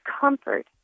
comfort